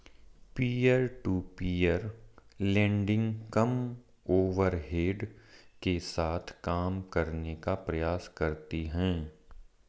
peer to peer lending कम overhead के साथ काम करने का प्रयास करती हैं